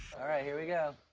here we go.